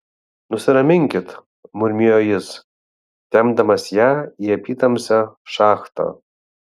nusiraminkit murmėjo jis tempdamas ją į apytamsę šachtą